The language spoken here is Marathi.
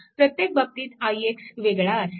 प्रत्येक बाबतीत ix वेगळा असेल